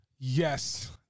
yes